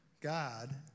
God